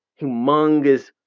humongous